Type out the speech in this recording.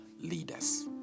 leaders